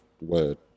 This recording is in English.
word